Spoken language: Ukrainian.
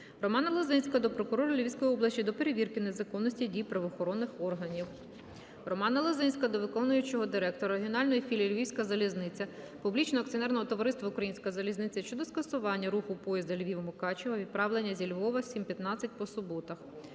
Романа Лозинського до прокурора Львівської області щодо перевірки законності дій правоохоронних органів. Романа Лозинського до виконавчого директора регіональної філії "Львівська залізниця" Публічного акціонерного товариства "Українська залізниця" щодо скасування руху поїзда Львів-Мукачево (відправлення зі Львова в 7:15) по суботах.